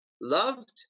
loved